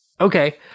okay